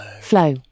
Flow